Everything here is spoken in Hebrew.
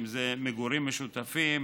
אם זה מגורים משותפים,